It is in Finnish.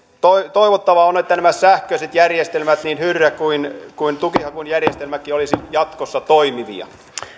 toivottavaa on että nämä sähköiset järjestelmät niin hyrrä kuin kuin tukihakujärjestelmäkin olisivat jatkossa toimivia